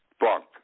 Bunk